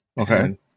Okay